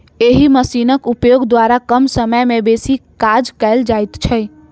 एहि मशीनक उपयोग द्वारा कम समय मे बेसी काज कयल जाइत छै